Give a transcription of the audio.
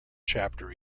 chapter